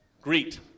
greet